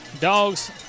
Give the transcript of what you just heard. Dogs